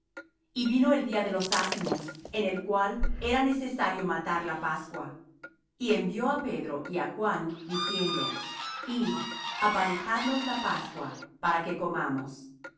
y vino el día de los ázimos en el cual era necesario matar la pascua y envió á pedro y á juan diciendo id aparejadnos la pascua para que comamos